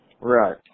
Right